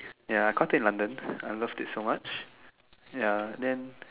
ya caught it in London then I love it so much